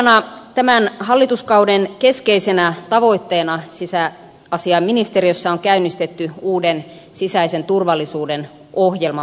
laajana tämän hallituskauden keskeisenä tavoitteena sisäasiainministeriössä on käynnistetty uuden sisäisen turvallisuuden ohjelman valmistelu